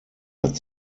hat